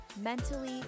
mentally